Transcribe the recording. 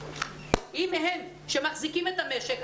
אם הם שמחזיקים את המשק,